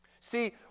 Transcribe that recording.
See